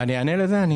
אני אענה לזה.